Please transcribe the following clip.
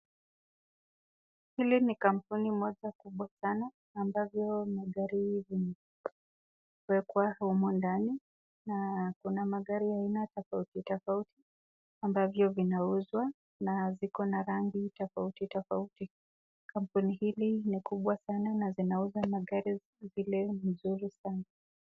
Hili ni kampuni moja kubwa sana ambayo magari zimewekwa humu ndani na kuna magari aina tofauti tofauti ambavyo vinauzwa na ziko na rangi tofauti tofauti, kampuni hili ni kubwa sana na zinauza magari zile mzuri sana.